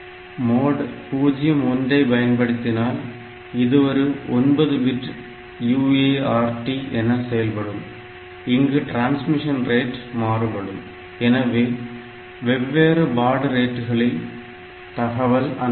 mode 01 ஐ பயன்படுத்தினால் இது ஒரு 9 பிட்டு UART என செயல்படும் இங்கு டிரான்ஸ்மிஷன் ரேட் மாறுபடும் எனவே வெவ்வேறு பாட் ரேட்டுகளில் தகவல் அனுப்பலாம்